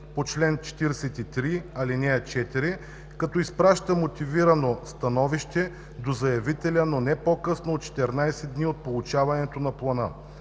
по чл. 43, ал. 4, като изпраща мотивирано становище до заявителя не по-късно от 14 дни от получаването на плана.